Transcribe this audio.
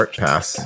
pass